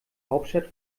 hauptstadt